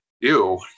Ew